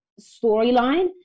storyline